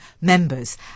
members